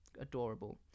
adorable